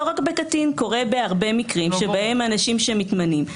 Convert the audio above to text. לא רק עם הקטין אלא בהרבה מקרים שבהם האנשים מתמנים.